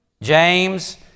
James